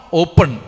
open